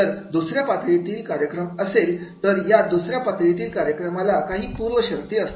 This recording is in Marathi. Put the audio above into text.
जर दुसऱ्या पातळीतील कार्यक्रम असेल तर या दुसऱ्या पातळीतील कार्यक्रमाला काही पूर्व शर्ती असतात